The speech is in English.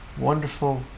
wonderful